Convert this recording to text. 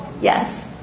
Yes